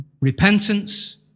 Repentance